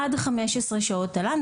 עד 15 שעות תל"ן.